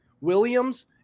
Williams